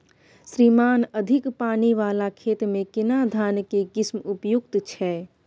श्रीमान अधिक पानी वाला खेत में केना धान के किस्म उपयुक्त छैय?